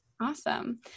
Awesome